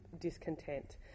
discontent